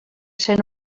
cent